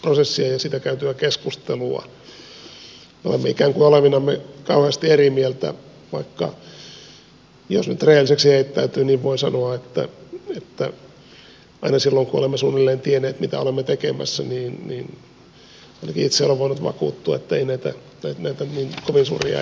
olemme ikään kuin olevinamme kauheasti eri mieltä vaikka jos nyt rehelliseksi heittäytyy niin voin sanoa että aina silloin kun olemme suunnilleen tienneet mitä olemme tekemässä niin ainakin itse olen voinut vakuuttua että ei näissä kovin suuria eroja vallitse